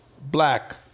black